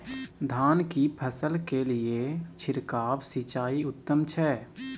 धान की फसल के लिये छिरकाव सिंचाई उत्तम छै?